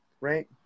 Right